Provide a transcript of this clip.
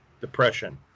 depression